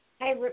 Hi